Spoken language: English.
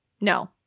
No